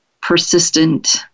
persistent